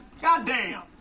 Goddamn